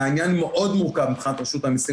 העניין מאוד מורכב מבחינת רשות המיסים.